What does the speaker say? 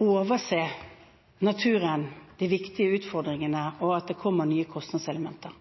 overse naturen, de viktige utfordringene, og at det kommer nye kostnadselementer.